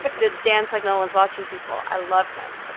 the dance like no one's watching people i love them,